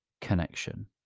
connection